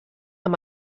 amb